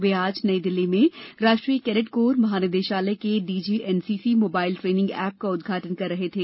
वे आज नई दिल्ली में राष्ट्रीय कैडेट कोर महानिदेशालय के डीजीएनसीसी मोबाइल ट्रेनिंग ऐप का उद्घाटन कर रहे थे